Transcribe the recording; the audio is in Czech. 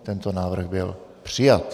Tento návrh byl přijat.